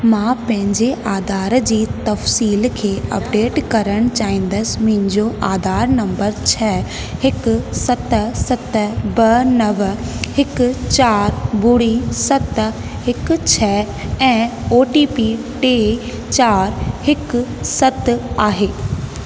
मां पंहिंजे आधार जी तफ़सील खे अपडेट करणु चाहींदसि मुंहिंजो आधार नंबर छह हिकु सत सत ॿ नव हिकु चार ॿुड़ी सत हिकु छह ऐं ओ टी पी टे चार हिकु सत आहे